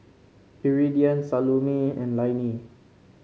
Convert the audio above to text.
Iridian Salome and Lainey